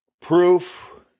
proof